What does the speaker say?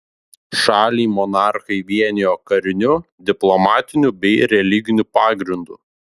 šalį monarchai vienijo kariniu diplomatiniu bei religiniu pagrindu